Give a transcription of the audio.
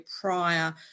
prior